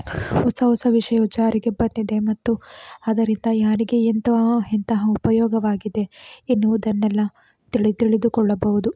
ಹೊಸ ಹೊಸ ವಿಷಯವು ಜಾರಿಗೆ ಬಂದಿದೆ ಮತ್ತು ಅದರಿಂದ ಯಾರಿಗೆ ಎಂಥ ಹಾಂ ಎಂತಹ ಉಪಯೋಗವಾಗಿದೆ ಎನ್ನುವುದನ್ನೆಲ್ಲ ತಿಳಿ ತಿಳಿದುಕೊಳ್ಳಬಹುದು